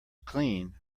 clean